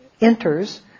enters